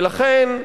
ולכן,